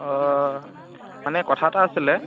অঁ মানে কথা এটা আছিলে